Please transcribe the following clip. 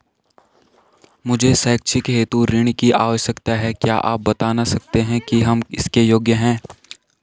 मुझे शैक्षिक हेतु ऋण की आवश्यकता है क्या आप बताना सकते हैं कि हम इसके योग्य हैं?